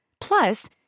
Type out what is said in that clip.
Plus